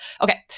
Okay